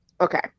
okay